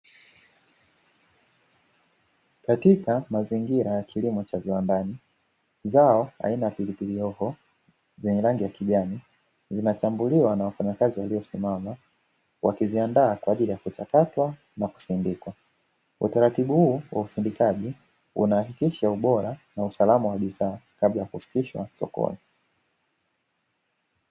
Katika mazingira ya kilimo cha viwandani, zao aina ya pilipili hoho zenye rangi ya kijani; zinachambuliwa na wafanyakazi waliosimama, wakiziandaa kwa ajili ya kuchakatwa na kusindikwa. Utaratibu huu wa usindikaji, unahakikisha ubora na usalama wa bidhaa kabla ya kufikishwa sokoni.